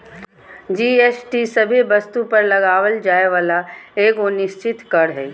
GST सभे वस्तु पर लगावल जाय वाला एगो निश्चित कर हय